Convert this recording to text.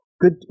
good